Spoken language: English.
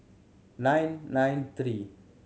nine nine three